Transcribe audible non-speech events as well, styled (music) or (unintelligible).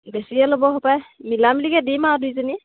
বেছিয়ে ল'ব (unintelligible) পায় মিলা মিলি দিম আৰু দুইজনীয়ে